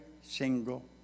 single